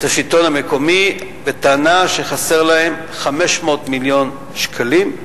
השלטון המקומי בטענה שחסר להם 500 מיליון שקלים,